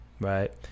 right